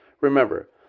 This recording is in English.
Remember